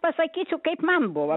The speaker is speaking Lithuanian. pasakysiu kaip man buvo